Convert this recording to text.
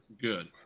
good